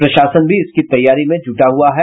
प्रशासन भी इसकी तैयारी में जुटा हुआ है